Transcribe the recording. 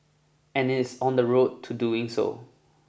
and it is on the road to doing so